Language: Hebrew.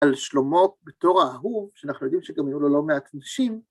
‫על שלמה בתור ההוא, ‫שאנחנו יודעים שגם היו לו לא מעט נשים.